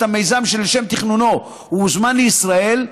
המיזם שלשם תכנונו הוא הוזמן לישראל,